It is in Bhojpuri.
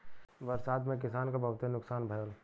बरसात में किसान क बहुते नुकसान भयल